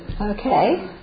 Okay